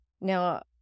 Now